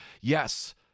yes